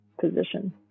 position